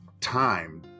time